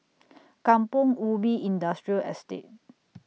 Kampong Ubi Industrial Estate